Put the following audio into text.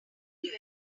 whole